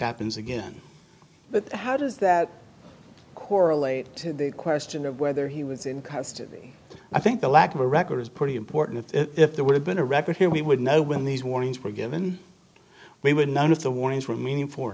happens again but how does that correlate to the question of whether he was in custody i think the lack of a record is pretty important if there would have been a record here we would know when these warnings were given we would none of the warnings were mean for